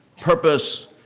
Purpose